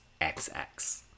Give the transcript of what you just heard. XX